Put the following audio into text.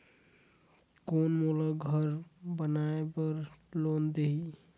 कौन मोला घर बनाय बार लोन देही?